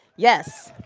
yes.